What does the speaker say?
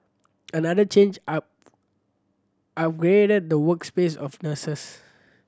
another change are the work space of nurses